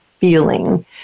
feeling